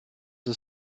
ist